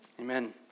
Amen